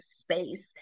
space